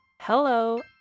hello